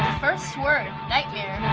first word, nightmare.